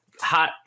hot